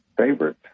favorite